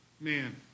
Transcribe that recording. man